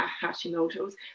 Hashimoto's